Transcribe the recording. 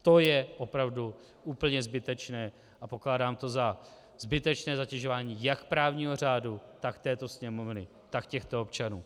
To je opravdu úplně zbytečné a pokládám to za zbytečné zatěžování jak právního řádu, tak této Sněmovny, tak těchto občanů.